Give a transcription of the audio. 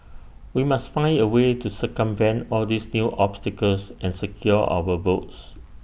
we must find A way to circumvent all these new obstacles and secure our votes